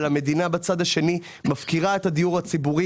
אבל המדינה בצד השני מפקירה את הדיור הציבורי